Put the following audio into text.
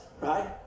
right